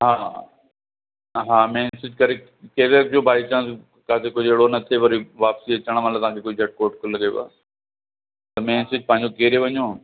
हा हा हा मेन स्विच करी केरो रखिजो बाइ चांस किथे कुझु अहिड़ो न थिए वरी वापसी अचणु महिल तव्हांखे कोई झटिको वटको लॻेव त मेन स्विच पंहिंजो केरे वञो